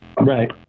Right